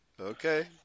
Okay